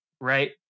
Right